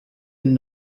and